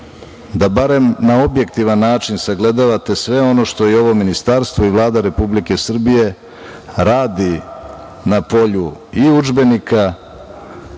da barem na objektivan način sagledavate sve ono što i ovo ministarstvo i Vlada Republike Srbije radi na polju i udžbenika,